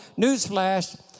newsflash